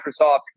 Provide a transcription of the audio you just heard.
Microsoft